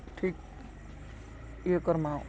ଠିକ୍ ୟେ କର୍ମା